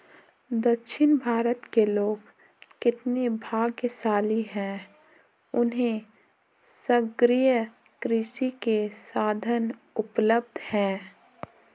दक्षिण भारत के लोग कितने भाग्यशाली हैं, उन्हें सागरीय कृषि के साधन उपलब्ध हैं